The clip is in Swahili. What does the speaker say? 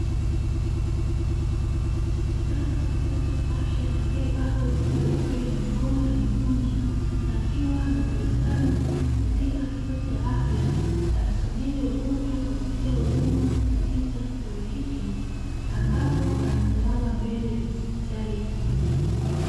Mganga wa kituo cha afya aliyevaa koti jeupe na mikono ameikunja akiwa na tabasamu katika kituo cha afya, akisubiri wagonjwa kuwapatia huduma katika kituo hicho ambapo amesimama mbele ya hospitali hiyo.